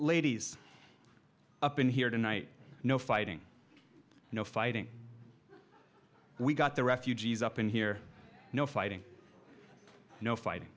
ladies up in here tonight no fighting no fighting we got the refugees up in here no fighting no fighting